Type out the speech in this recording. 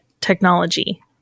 technology